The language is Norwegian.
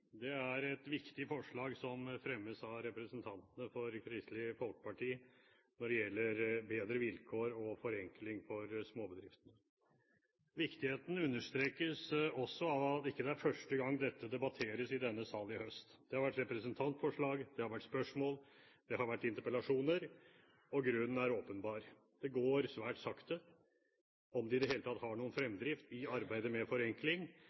Det er et viktig forslag som fremmes av representantene for Kristelig Folkeparti når det gjelder bedre vilkår og forenkling for småbedriftene. Viktigheten understrekes også av at det ikke er første gang dette debatteres i denne sal i høst. Det har vært representantforslag, det har vært spørsmål, det har vært interpellasjoner – og grunnen er åpenbar: Det går svært sakte, om det i det hele tatt har vært noen fremdrift i arbeidet med forenkling.